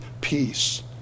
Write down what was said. peace